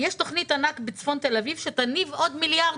יש תוכנית ענק בצפון תל אביב שתניב עוד מיליארדים.